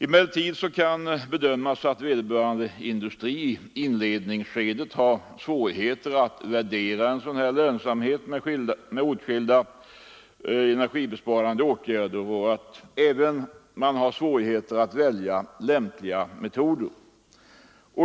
Emellertid kan det vara så att vederbörande industri i inledningsskedet har svårigheter att värdera lönsamheten av skilda energibesparande åtgärder och även att välja de lämpligaste metoderna.